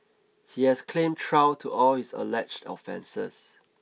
he has claimed trial to all his alleged offences